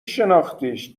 شناختیش